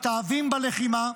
מתאהבים בלחימה,